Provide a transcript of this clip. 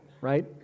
right